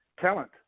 talent